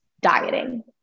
dieting